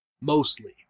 mostly